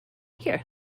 here